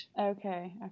okay